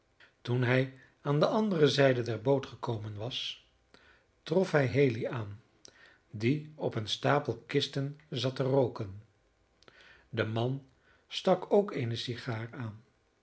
toen hij aan de andere zijde der boot gekomen was trof hij haley aan die op een stapel kisten zat te rooken de man stak ook eene sigaar aan